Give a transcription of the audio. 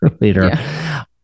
later